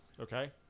Okay